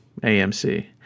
AMC